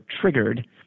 triggered